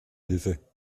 hilfe